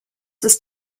ist